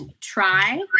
try